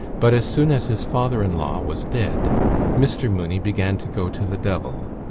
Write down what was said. but as soon as his father-in-law was dead mr. mooney began to go to the devil.